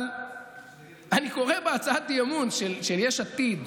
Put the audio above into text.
אבל אני קורא בהצעת האי-אמון של יש עתיד,